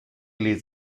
les